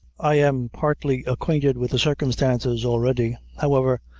i am partly acquainted with the circumstances, already however,